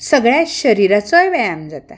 सगल्या शरिराचोय व्यायाम जाता